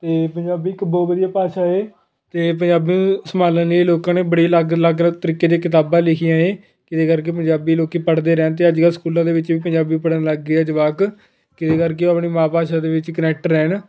ਅਤੇ ਪੰਜਾਬੀ ਇੱਕ ਬਹੁਤ ਵਧੀਆ ਭਾਸ਼ਾ ਏ ਅਤੇ ਪੰਜਾਬੀ ਨੂੰ ਸੰਭਾਲਣ ਲਈ ਲੋਕਾਂ ਨੇ ਬੜੇ ਅਲੱਗ ਅਲੱਗ ਤਰੀਕੇ ਦੇ ਕਿਤਾਬਾਂ ਲਿਖੀਆਂ ਏ ਜਿਹਦੇ ਕਰਕੇ ਪੰਜਾਬੀ ਲੋਕ ਪੜ੍ਹਦੇ ਰਹਿੰਦੇ ਆ ਅਤੇ ਅੱਜ ਕੱਲ੍ਹ ਸਕੂਲਾਂ ਦੇ ਵਿੱਚ ਵੀ ਪੰਜਾਬੀ ਪੜ੍ਹਨ ਲੱਗ ਗਏ ਆ ਜਵਾਕ ਜਿਹਦੇ ਕਰਕੇ ਉਹ ਆਪਣੀ ਮਾਂ ਭਾਸ਼ਾ ਦੇ ਵਿੱਚ ਕਨੈਕਟ ਰਹਿਣ